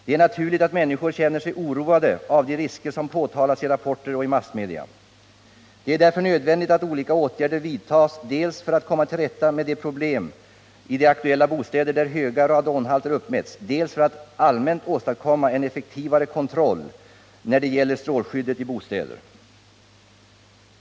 Det är naturligt att människor känner sig oroade av de risker som påtalats i rapporter och i massmedia. Det är därför nödvändigt att olika åtgärder vidtas dels för att komma till rätta med problemen i de aktuella bostäder där höga radonhalter uppmätts, dels för att allmänt åstadkomma en effektivare kontroll när det gäller strålskyddet i bostäder.